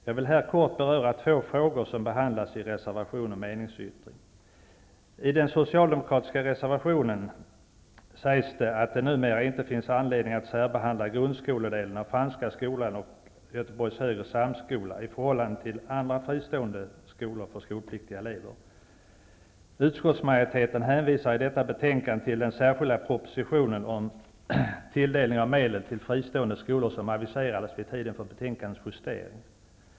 Jag vill här kort beröra två frågor som tas upp i reservationen och meningsyttringen. I den socialdemokratiska reservationen sägs det att det numera inte finns anledning att särbehandla grundskoledelen av Franska skolan och Göteborgs högre samskola i förhållande till andra fristående skolor för skolpliktiga elever. Utskottsmajoriteten hänvisar i detta betänkande till den särskilda propositionen om den tilldelning av medel till fristående skolor som aviserades vid tiden för betänkandets justering.